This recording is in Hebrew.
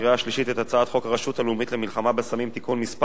את הצעת חוק הרשות הלאומית למלחמה בסמים (תיקון מס' 3),